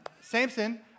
Samson